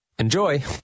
Enjoy